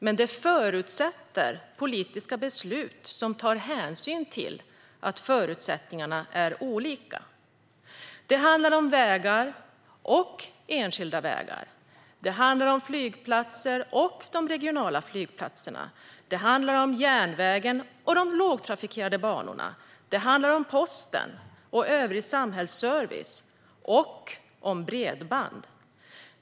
Men det förutsätter politiska beslut som tar hänsyn till att förutsättningarna är olika. Det handlar om vägar och enskilda vägar. Det handlar om stora flygplatser och de regionala flygplatserna. Det handlar om järnvägen och de lågtrafikerade banorna. Det handlar om posten, övrig samhällsservice och bredband.